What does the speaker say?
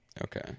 Okay